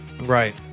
Right